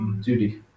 duty